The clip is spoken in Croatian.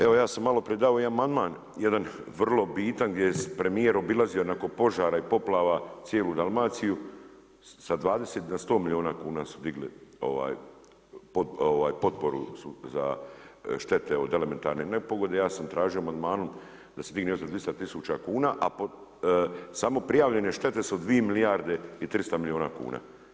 Evo ja sam maloprije dao i amandman jedan vrlo bitan gdje premijer obilazi onako požare i poplave cijelu Dalmaciju sa 20 na 100 milijuna kuna su digli potporu za štete od elementarnih nepogode, ja sam traćio amandmanom da se digne još za 200 000 kuna, samo prijavljene štete su 2 milijarde i 300 milijuna kuna.